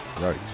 Right